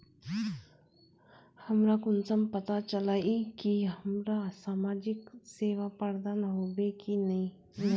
हमरा कुंसम पता चला इ की हमरा समाजिक सेवा प्रदान होबे की नहीं?